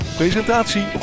presentatie